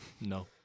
No